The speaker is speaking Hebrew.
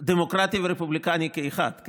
דמוקרטי ורפובליקני כאחד?